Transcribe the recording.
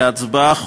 להצבעה,